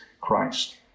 Christ